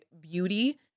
beauty